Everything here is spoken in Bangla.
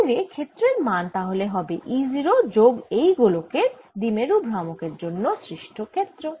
বাইরে ক্ষেত্রের মান তাহলে হবে E 0 যোগ এই গোলকের দ্বিমেরু ভ্রামকের জন্য সৃষ্ট ক্ষেত্র